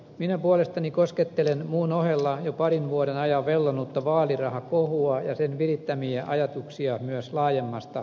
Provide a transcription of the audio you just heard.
minä puolestani koskettelen muun ohella jo parin vuoden ajan vellonutta vaalirahakohua ja sen virittämiä ajatuksia myös laajemmasta näkökulmasta